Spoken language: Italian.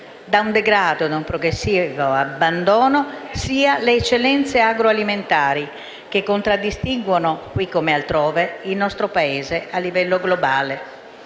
da un degrado e da un progressivo abbandono, sia le eccellenze agroalimentari che contraddistinguono, qui come altrove, il nostro Paese a livello globale.